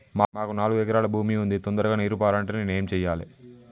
మాకు నాలుగు ఎకరాల భూమి ఉంది, తొందరగా నీరు పారాలంటే నేను ఏం చెయ్యాలే?